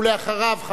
ואחריו,